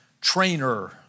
trainer